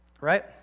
right